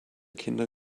kinder